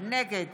נגד